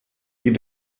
wie